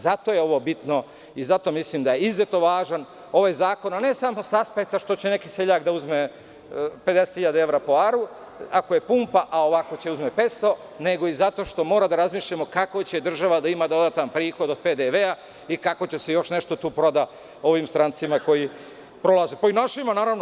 Zato je ovo bitno i zato mislim da je izuzetno važan ovaj zakon, a ne samo sa aspekta što će neki seljak da uzme 50.000 evra po aru, ako je pumpa, a ovako će uzeti 500, nego i zato što moramo da razmišljamo kako će država da ima dodatan prihod od PDV i kako će se tu još nešto prodati ovim strancima, koji prolaze, pa i našima naravno.